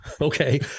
Okay